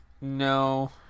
No